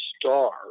star